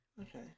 Okay